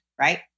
Right